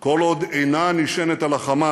כל עוד היא אינה נשענת על החמאס,